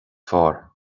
fearr